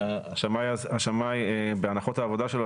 כדי שהוועדה תוכל לאזן בצורה נאותה בין העמדות השונות.